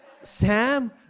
Sam